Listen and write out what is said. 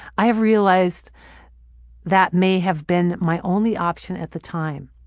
i have realized that may have been my only option at the time.